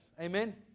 Amen